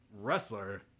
wrestler